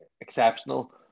exceptional